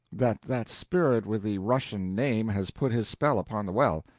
that that spirit with the russian name has put his spell upon the well.